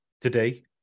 today